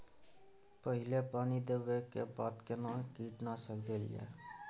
पहिले पानी देबै के बाद केना कीटनासक देल जाय?